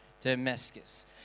Damascus